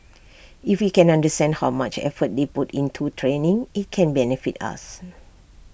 if we can understand how much effort they put into training IT can benefit us